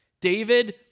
David